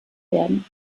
werden